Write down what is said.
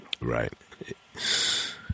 right